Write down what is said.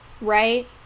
Right